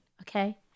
Okay